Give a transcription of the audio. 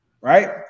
Right